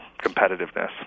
competitiveness